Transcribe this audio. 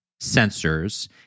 sensors